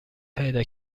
پیدا